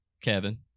Kevin